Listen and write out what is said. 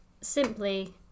simply